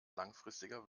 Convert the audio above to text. langfristiger